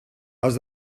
els